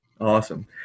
Awesome